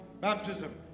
Baptism